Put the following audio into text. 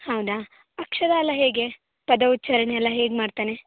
ಹೌದಾ ಅಕ್ಷರ ಎಲ್ಲ ಹೇಗೆ ಪದ ಉಚ್ಚಾರಣೆ ಎಲ್ಲ ಹೇಗೆ ಮಾಡ್ತಾನೆ